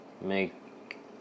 Make